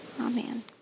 Amen